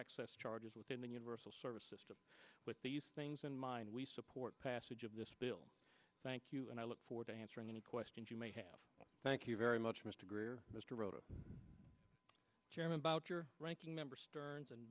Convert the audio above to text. access charges within the universal service system with these things in mind we support passage of this bill thank you and i look forward to answering any questions you may have thank you very much mr greer mr rota chairman boucher ranking member stearns and